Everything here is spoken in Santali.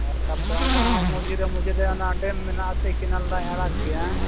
ᱟᱨ ᱥᱟᱛᱮ ᱚᱱᱟ ᱦᱚᱸ ᱢᱚᱡᱽᱨᱟᱹ ᱢᱚᱡᱽᱨᱟᱹ ᱰᱮᱢ ᱢᱮᱱᱟᱜᱼᱟ ᱥᱮ ᱠᱮᱱᱮᱞ ᱫᱟᱜ ᱮ ᱟᱲᱟᱜᱽ ᱜᱮᱭᱟ